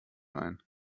ein